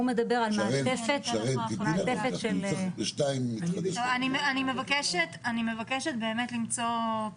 הוא מדבר על מעטפת --- אני מבקשת למצוא פתרון.